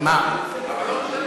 אבל לא משנה.